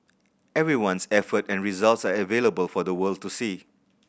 everyone's effort and results are available for the world to see